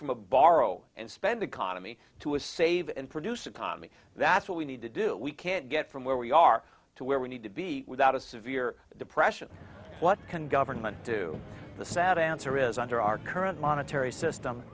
from a borrow and spend economy to a save and produce economy that's what we need to do we can't get from where we are to where we need to be without a severe depression what can government do the sad answer is under our current monetary system